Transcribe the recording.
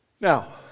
Now